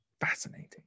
Fascinating